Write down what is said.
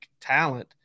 talent